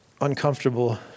Uncomfortable